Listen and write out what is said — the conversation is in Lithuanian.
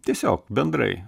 tiesiog bendrai